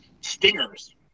stingers